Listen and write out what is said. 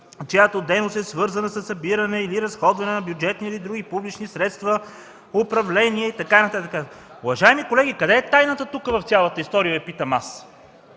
чиято дейност е свързана със събиране или разходване на бюджетни и други публични средства и с управление…” и така нататък. Уважаеми колеги, къде е тайната тук, в цялата история – Ви питам аз?